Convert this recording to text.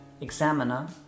Examiner